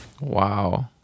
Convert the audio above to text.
wow